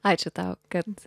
ačiū tau kad